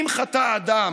אם חטא אדם,